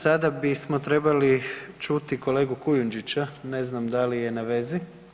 Sada bismo trebali čuti kolegu Kujundžića, ne znam da li je na vezi.